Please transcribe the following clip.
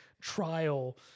trial